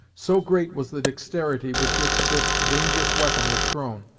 so great was the dexterity with which this dangerous weapon was thrown,